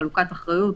מה חלוקת האחריות.